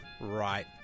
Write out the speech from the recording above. right